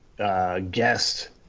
Guest